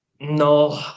No